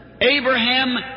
Abraham